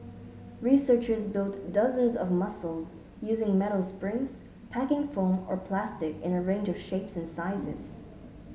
researchers built dozens of muscles using metal springs packing foam or plastic in a range of shapes and sizes